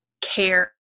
care